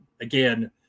again